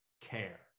care